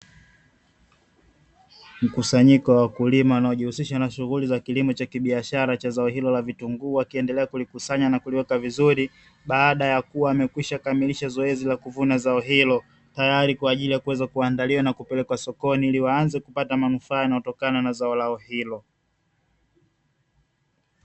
Mkusanyiko wa wakulima wanaojihusisha na shughuli za kilimo cha kibiashara cha zao hilo la vitunguu, wakiendelea kulikusanya na kuliweka vizuri; baada ya kuwa wamekwisha kamilisha zoezi la kuvuna zao hilo, tayari kwa ajili ya kuweza kuandaliwa na kupelekwa sokoni, ili waanze kupata manufaa yanayotokana na zao lao hilo.